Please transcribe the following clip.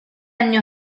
anni